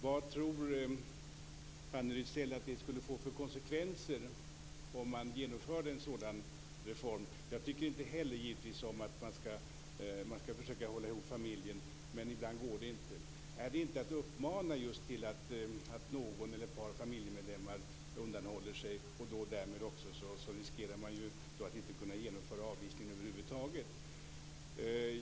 Vad tror Fanny Rizell att det skulle få för konsekvenser om man genomförde en sådan reform? Jag tycker givetvis att man skall försöka att hålla ihop familjer, men ibland går det inte. Är det inte att uppmana till att en eller ett par familjemedlemmar undanhåller sig? Därmed riskerar man ju att inte kunna genomföra utvisningen över huvud taget.